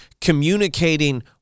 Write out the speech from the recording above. communicating